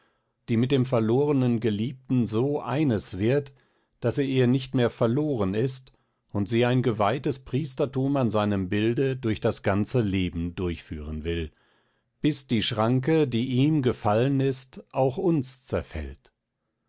die mit dem verlornen geliebten so eines wird daß er ihr nicht mehr verloren ist und sie ein geweihtes priestertum an seinem bilde durch das ganze leben durchführen will bis die schranke die ihm gefallen ist auch uns zerfällt